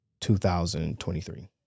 2023